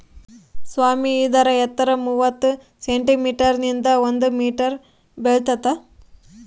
ಸಾಮೆ ಇದರ ಎತ್ತರ ಮೂವತ್ತು ಸೆಂಟಿಮೀಟರ್ ನಿಂದ ಒಂದು ಮೀಟರ್ ಬೆಳಿತಾತ